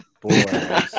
boy